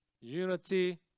Unity